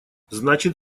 значит